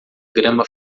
grama